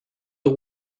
the